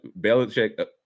Belichick